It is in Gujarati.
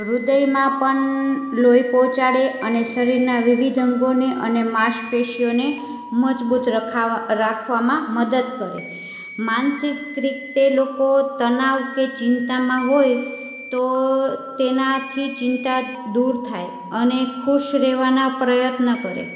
હ્યદયમાં પણ લોહી પહોંચાડે અને શરીરના વિવિધ અંગોની અને માસ પેશીઓને મજબૂત રાખવામાં મદદ કરે માનસિક રીતે લોકો તણાવ કે ચિંતામાં હોય તો તેનાથી ચિંતા દૂર થાય અને ખુશ રહેવાના પ્રયત્ન કરે